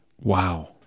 Wow